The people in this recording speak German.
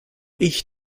ich